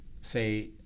say